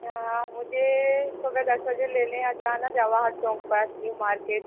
हाँ मुझे सुबह दस बजे लेने आ जाना जवाहर चौंक पर न्यू मार्केट